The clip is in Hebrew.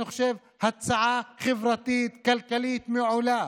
אני חושב שזו הצעה חברתית-כלכלית מעולה